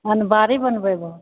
अनमारी बनबेहो